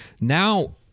Now